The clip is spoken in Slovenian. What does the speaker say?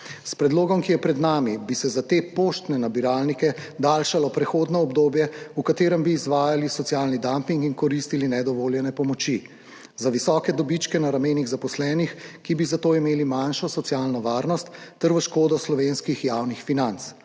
S predlogom, ki je pred nami, bi se za te poštne nabiralnike daljšalo prehodno obdobje, v katerem bi izvajali socialni damping in koristili nedovoljene pomoči za visoke dobičke na ramenih zaposlenih, ki bi zato imeli manjšo socialno varnost, ter v škodo slovenskih javnih financ.